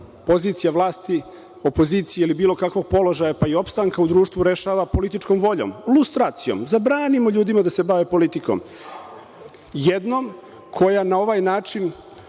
pozicija vlasti, opozicija ili bilo kakvog položaja, pa i opstanka u društvu rešava političkom voljom, lustracijom, zabranimo ljudima da se bave politikom. Jednom koja na ovaj način